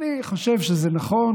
אני חושב שזה נכון,